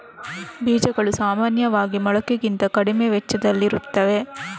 ಬೀಜಗಳು ಸಾಮಾನ್ಯವಾಗಿ ಮೊಳಕೆಗಿಂತ ಕಡಿಮೆ ವೆಚ್ಚದಲ್ಲಿರುತ್ತವೆ